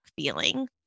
feeling